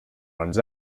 runs